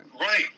Right